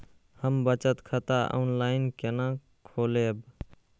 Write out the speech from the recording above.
हम बचत खाता ऑनलाइन केना खोलैब?